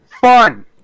fun